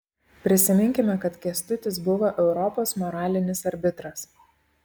prisiminkime kad kęstutis buvo europos moralinis arbitras